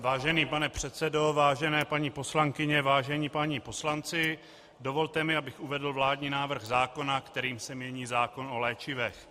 Vážený pane předsedo, vážené paní poslankyně, vážení páni poslanci, dovolte mi, abych uvedl vládní návrh zákona, kterým se mění zákon o léčivech.